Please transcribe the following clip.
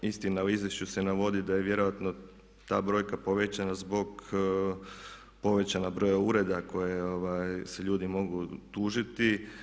Istina u izvješću se navodi da je vjerojatno ta brojka povećana zbog povećanog broja ureda koje se, ljudi mogu tužiti.